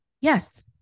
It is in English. Yes